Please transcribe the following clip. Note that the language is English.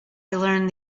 learned